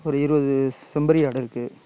ஒரு இருபது செம்பரி ஆடு இருக்கு